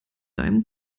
deinem